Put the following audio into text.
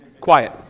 quiet